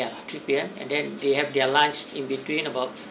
ya three P_M and they have their lunch in between about